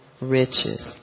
riches